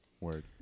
Word